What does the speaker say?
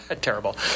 terrible